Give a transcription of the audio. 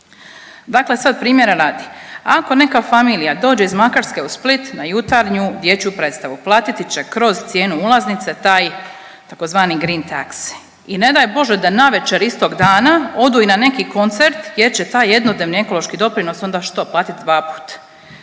Dakle sad primjera radi, ako neka familija dođe iz Makarske u Split na jutarnju dječju predstavu, platiti će kroz cijenu ulaznice taj tzv. green taxe i ne daj Bože da navečer istog dana odu i na neki koncert gdje će taj jednodnevni ekološki doprinos onda što, platit dvaput?